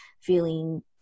feeling